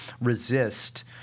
resist